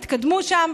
יתקדמו שם.